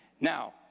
Now